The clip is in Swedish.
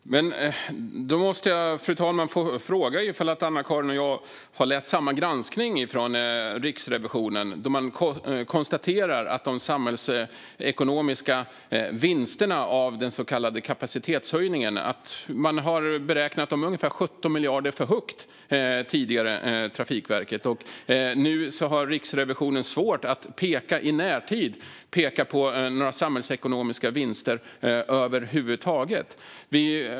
Fru talman! Då måste jag få fråga om Anna-Caren och jag har läst samma granskning från Riksrevisionen. Där konstateras att Trafikverket tidigare har räknat de samhällsekonomiska vinsterna av den så kallade kapacitetshöjningen ungefär 17 miljarder för högt. Nu har Riksrevisionen svårt att i närtid peka på några samhällsekonomiska vinster över huvud taget.